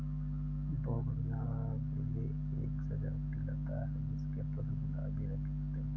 bougainvillea एक सजावटी लता है जिसके पुष्प गुलाबी रंग के होते है